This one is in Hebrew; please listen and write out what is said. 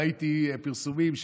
וראיתי פרסומים,